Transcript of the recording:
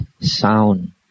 sound